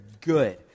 good